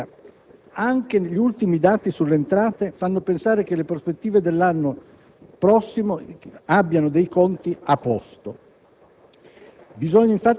Tuttavia, anche gli ultimi dati sulle entrate fanno pensare che le prospettive dell'anno prossimo prevedano dei conti a posto.